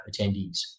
attendees